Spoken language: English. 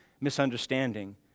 misunderstanding